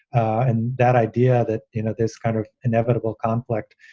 and that idea that, you know, this kind of inevitable conflict,